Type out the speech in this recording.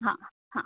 हां हां